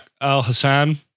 Al-Hassan